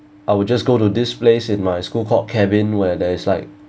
I would just go to this place in my school called cabin where there is like